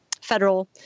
federal